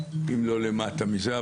אם לא למטה מזה.